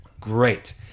Great